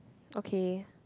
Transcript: okay